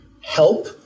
help